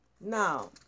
Now